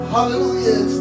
Hallelujah